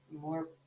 more